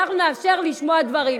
אנחנו נאפשר לשמוע דברים,